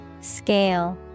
scale